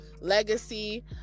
legacy